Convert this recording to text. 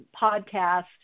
podcast